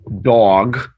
dog